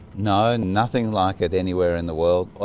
no, nothing like it anywhere in the world.